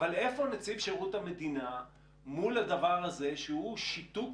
אבל איפה נציב שירות המדינה מול הדבר הזה שהוא שיתוק